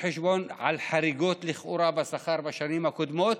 חשבון על חריגות לכאורה בשכר בשנים הקודמות,